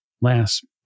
last